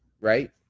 right